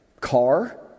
car